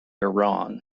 iran